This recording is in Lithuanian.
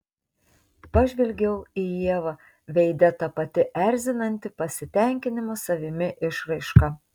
pažvelgiau į ievą veide ta pati erzinanti pasitenkinimo savimi išraiška